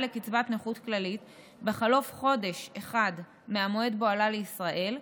לקצבת נכות כללית בחלוף חודש אחד מהמועד שבו עלה לישראל,